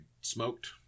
smoked